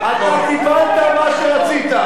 אתה קיבלת מה שרצית,